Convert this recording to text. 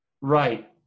Right